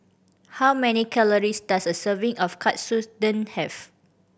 how many calories does a serving of Katsudon have